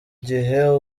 gihe